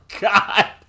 god